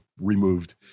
removed